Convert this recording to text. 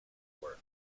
work